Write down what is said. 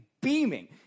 beaming